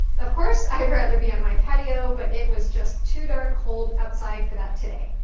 of course, i'd rather be on my patio but it was just too darn cold outside for that today.